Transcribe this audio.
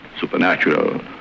Supernatural